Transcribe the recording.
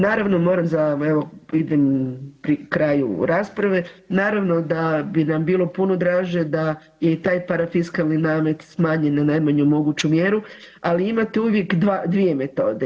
Naravno moram za evo idem pri kraju rasprave, naravno da bi nam bilo puno draže da je i taj parafiskalni namet smanjen na najmanju moguću mjeru, ali imate uvijek dvije metode.